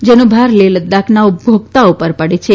જેનો ભાર લેહ લદાખના ઉપભોકતા પર પડે છે